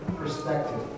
perspective